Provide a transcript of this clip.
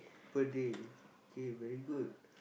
per day okay very good